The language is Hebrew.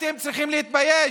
אתם צריכים להתבייש.